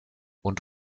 und